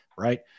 right